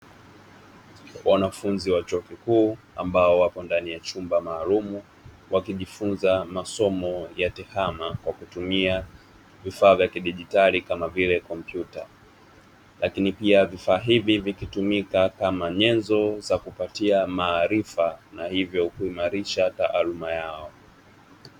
Wanafunzi wa chuo kikuu ambao wapo ndani ya chumba maalumu wakijifunza masomo ya tehama kwa kutumia vifaa vya kidigitali kama vile kompyuta, lakini pia vifaa hivi vikitumika kama nyenzo za kupatia maarifa na hivyo kuimarisha taaluma yao.